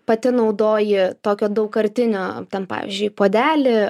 pati naudoji tokio daugkartinio ten pavyzdžiui puodelį